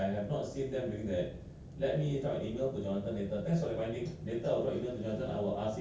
but but but have they already got ah their Q Q Q to check the the the line or not